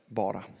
bara